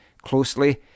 closely